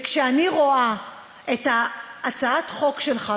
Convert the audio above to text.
כשאני רואה את הצעת החוק שלך,